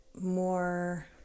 more